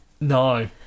No